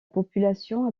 population